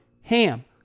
HAM